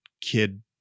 kid